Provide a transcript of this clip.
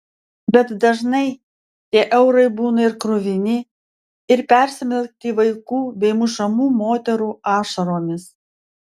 bet dažnai tie eurai būna ir kruvini ir persmelkti vaikų bei mušamų moterų ašaromis